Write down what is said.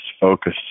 focus